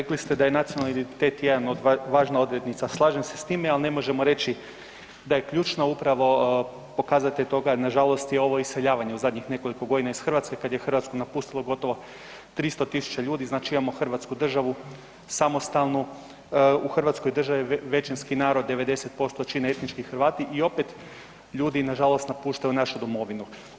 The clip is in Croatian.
Rekli ste da je nacionalni identitet jedan od važna odrednica, slažem se s time, ali ne možemo reći da je ključno upravo pokazatelj toga nažalost je ovo iseljavanje u zadnjih nekoliko godina iz Hrvatske kad je Hrvatsku napustilo gotovo 300.000 ljudi, znači imamo hrvatsku državu samostalnu, u hrvatskoj državi većinski narod 90% čine etnički Hrvati i opet ljudi nažalost napuštaju našu domovinu.